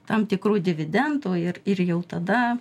tam tikrų dividendų ir ir jau tada